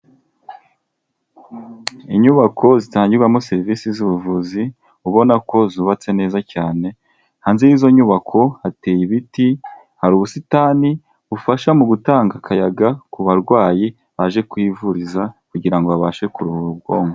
Inyubako zitangirwamo serivisi z'ubuvuzi ubona ko zubatse neza cyane, hanze y'izo nyubako hateye ibiti hari ubusitani bufasha mu gutanga akayaga ku barwayi baje kuhivuriza kugira ngo babashe kuruhura ubwonko.